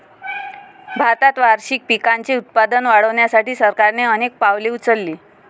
भारतात वार्षिक पिकांचे उत्पादन वाढवण्यासाठी सरकारने अनेक पावले उचलली